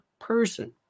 person